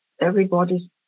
everybody's